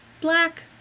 Black